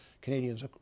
Canadians